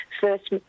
first